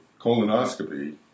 colonoscopy